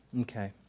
Okay